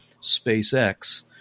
SpaceX